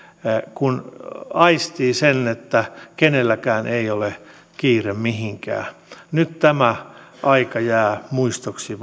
kun aistii sen että kenelläkään ei ole kiire mihinkään nyt tämä aika jää muistoksi